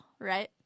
right